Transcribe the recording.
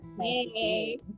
Hey